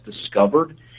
discovered